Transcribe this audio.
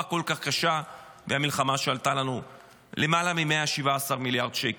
כל כך קשה והמלחמה שעלתה לנו למעלה מ-117 מיליארד שקל.